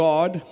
God